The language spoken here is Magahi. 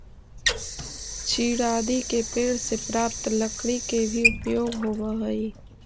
चीड़ आदि के पेड़ से प्राप्त लकड़ी के भी उपयोग होवऽ हई